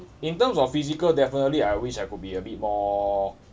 in terms of physical definitely I wish I could be a bit more